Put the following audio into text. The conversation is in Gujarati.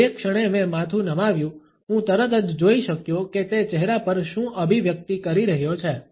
જે ક્ષણે મેં માથું નમાવ્યું હું તરત જ જોઈ શક્યો કે તે ચહેરા પર શું અભિવ્યક્તિ કરી રહ્યો છે